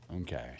Okay